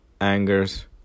Angers